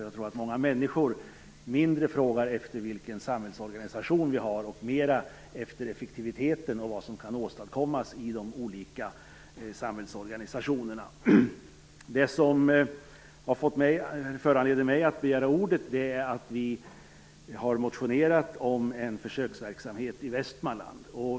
Jag tror att många människor mindre frågar efter vilken samhällsorganisation vi har och mera efter effektiviteten och vad som kan åstadkommas i de olika samhällsorganisationerna. Det som föranleder mig att begära ordet är att vi har motionerat om en försöksverksamhet i Västmanland.